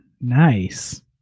nice